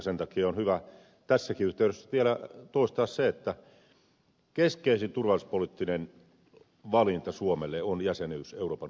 sen takia on hyvä tässäkin yhteydessä vielä toistaa se että keskeisin turvallisuuspoliittinen valinta suomelle on jäsenyys euroopan unionissa